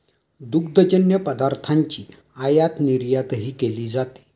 दुग्धजन्य पदार्थांची आयातनिर्यातही केली जाते